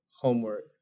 homework